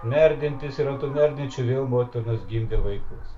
merdintys ir merdinčių vėl motinos gimdė vaikus